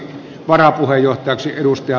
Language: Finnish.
varapuheenjohtajaksi edustaja